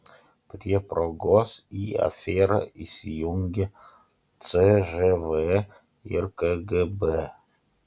prie progos į aferą įsijungia cžv ir kgb